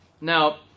Now